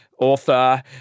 author